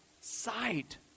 sight